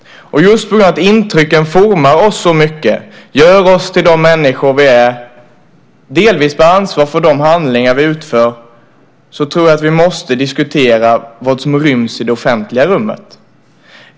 Just på grund av att intrycken formar oss så mycket och gör oss till de människor vi är och delvis bär ansvar för de handlingar vi utför, tror jag att vi måste diskutera vad som ryms i det offentliga rummet.